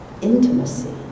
intimacy